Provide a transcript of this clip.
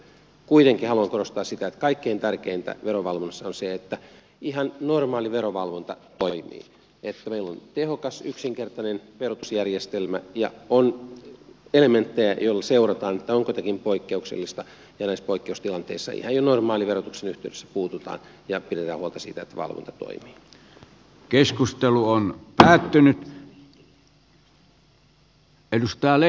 kuitenkin haluan korostaa sitä että kaikkein tärkeintä verovalvonnassa on se että ihan normaali verovalvonta toimii että meillä on tehokas yksinkertainen verotusjärjestelmä ja on elementtejä joilla seurataan onko jotakin poikkeuksellista ja näissä poikkeustilanteissa ihan jo normaalin verotuksen yhteydessä puututaan ja pidetään huolta siitä että valvonta toimii